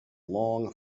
long